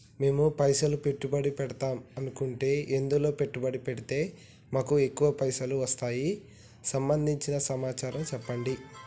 మేము పైసలు పెట్టుబడి పెడదాం అనుకుంటే ఎందులో పెట్టుబడి పెడితే మాకు ఎక్కువ పైసలు వస్తాయి సంబంధించిన సమాచారం చెప్పండి?